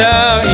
Now